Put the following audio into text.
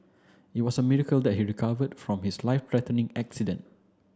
it was a miracle that he recovered from his life threatening accident